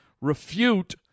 refute